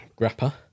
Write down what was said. grappa